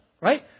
right